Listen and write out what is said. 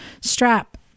strap